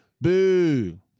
Boo